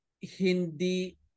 hindi